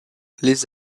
les